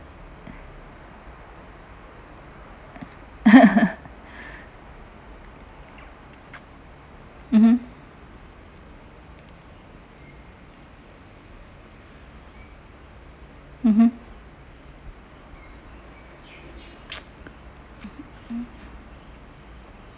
(uh huh) (uh huh)